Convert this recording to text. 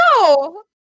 No